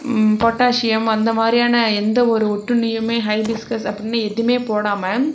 potassium அந்த மாதிரியான எந்த ஒரு ஒட்டுண்ணியும் ஹைபிஸ்கஸ் அப்படின்னு எதுவுமே போடாமல்